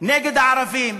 נגד הערבים.